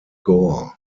gore